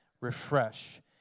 Refresh